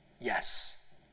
Yes